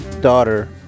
daughter